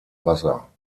wasser